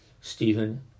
Stephen